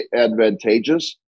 advantageous